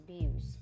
abuse